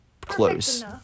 close